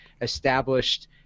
established